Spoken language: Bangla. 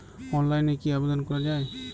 অনলাইনে কি আবেদন করা য়ায়?